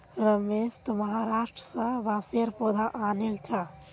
रमेश महाराष्ट्र स बांसेर पौधा आनिल छ